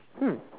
hmm